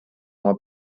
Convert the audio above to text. oma